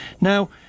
Now